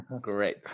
Great